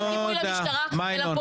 לעניין 9ב', אני רוצה